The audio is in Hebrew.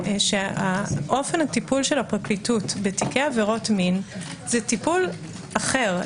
- אופן הטיפול של הפרקליטות בתיקי עבירות מין הוא טיפול אחר.